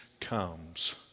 comes